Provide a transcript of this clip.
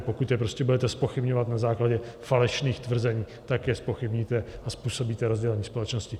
Pokud je prostě budete zpochybňovat na základě falešných tvrzení, tak je zpochybníte a způsobíte rozdělení společnosti.